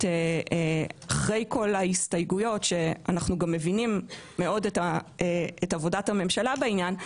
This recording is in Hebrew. ואחרי כל ההסתייגויות שאנחנו גם מבינים מאוד את עבודת הממשלה בעניין,